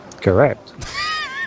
Correct